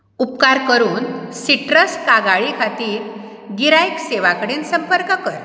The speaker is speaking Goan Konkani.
उपकार करून सिट्रस कागाळी खाती गिरायक सेवा कडेन संपर्क कर